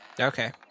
Okay